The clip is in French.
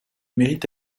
mérite